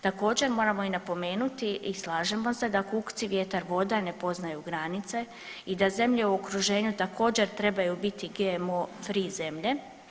Također moramo i napomenuti i slažemo se da kukci, vjetar, voda ne poznaju granice i da zemlje u okruženju također trebaju biti GMO free zemlje.